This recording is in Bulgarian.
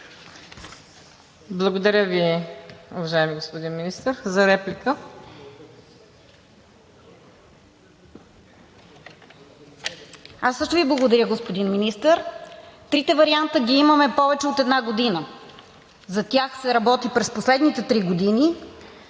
Благодаря Ви, уважаеми господин Министър. За реплика? РОСИЦА КИРОВА (ГЕРБ-СДС): Аз също Ви благодаря, господин Министър. Трите варианта ги имаме повече от една година. За тях се работи през последните три години.